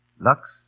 Lux